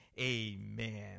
amen